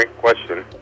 question